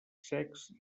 secs